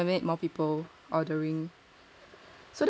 more people ordering